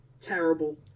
terrible